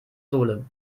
sohle